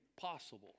possible